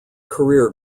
career